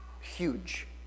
Huge